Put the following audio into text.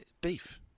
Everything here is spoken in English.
beef